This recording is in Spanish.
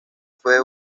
fue